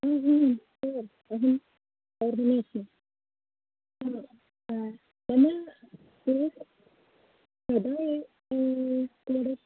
अहं मम तदा